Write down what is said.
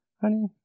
honey